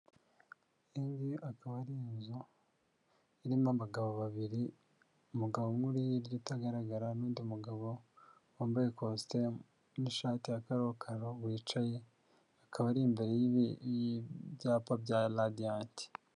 Iyi ngiyi akaba ari inzu, irimo abagabo babiri, umugabo umwe uri hirya utagaragara, n'undi mugabo wambaye ikositimu n'ishati ya karokaro wicaye, akaba ari imbere y'ibyapa bya Radiyanti.